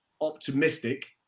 optimistic